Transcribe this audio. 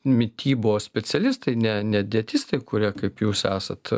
mitybos specialistai ne ne dietistai kurie kaip jūs esat